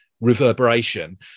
reverberation